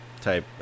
type